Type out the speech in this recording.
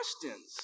questions